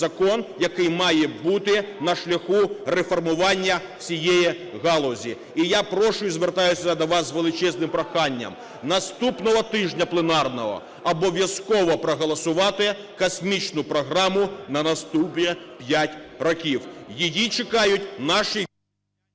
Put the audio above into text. закон, який має бути на шляху реформування всієї галузі. І я прошу і звертаюся до вас з величезним проханням, наступного тижня пленарного обов'язково проголосувати космічну програму на наступні 5 років. Її чекають наші…